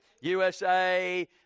USA